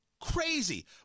crazy